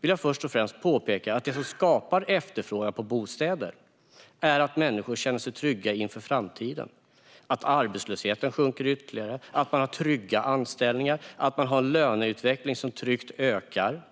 vill jag först och främst påpeka att det som skapar efterfrågan på bostäder är att människor känner sig trygga inför framtiden, att arbetslösheten sjunker ytterligare, att man har trygga anställningar och att man har en löneutveckling som tryggt ökar.